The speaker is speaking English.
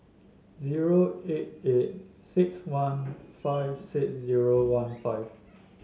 zero eight eight six one five six zero one five